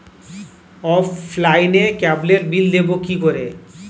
অফলাইনে ক্যাবলের বিল দেবো কি করে?